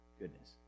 goodness